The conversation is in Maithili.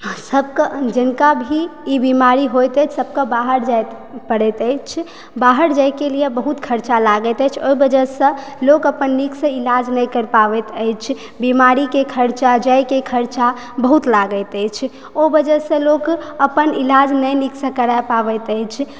सभक जिनका भी ई बीमारी होइत अछि सभक बाहर जाइ पड़ैत अछि बाहर जाइके लिअ बहुत खर्चा लागैत अछि ओहिवजहसँ लोक अपन इलाज नीकसँ नहि करि पाबैत अछि बीमारीके खर्चा जाइके खर्चा बहुत लागैत अछि ओ वजहसँ लोक अपन इलाज नहि नीकसँ करए पाबैत अछि